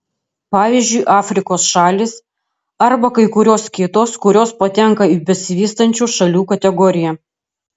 pavyzdžiui afrikos šalys arba kai kurios kitos kurios patenka į besivystančių šalių kategoriją